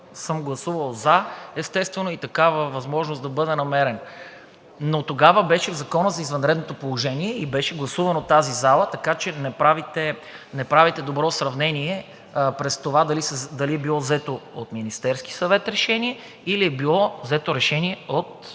съм гласувал за ,естествено, и такава възможност да бъде намерена. Тогава беше в Закона за извънредното положение и беше гласуван от тази зала, така че не правите добро сравнение през това дали е било взето от Министерския съвет решение, или е било взето решение от